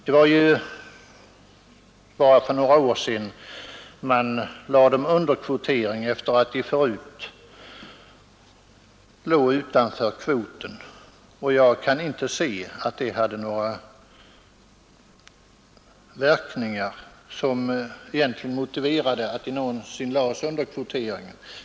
Det var ju bara för några år sedan som man lade dem under kvotering efter att de tidigare legat utanför. Jag kan inte se att det hade några verkningar som egentligen motiverade att småhusen någonsin lades under kvotering.